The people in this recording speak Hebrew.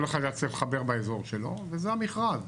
כל אחד היה צריך לחבר באזור שלו וזה המכרז,